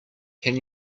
can